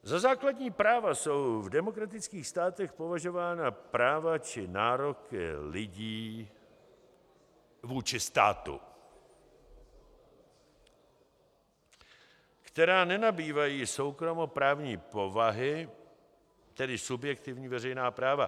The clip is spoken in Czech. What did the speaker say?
Za základní práva jsou v demokratických státech považována práva či nároky lidí vůči státu, která nenabývají soukromoprávní povahy, tedy subjektivní veřejná práva.